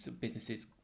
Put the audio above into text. businesses